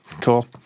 Cool